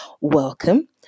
welcome